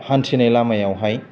हान्थिनाय लामायावहाय